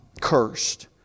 cursed